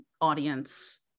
audience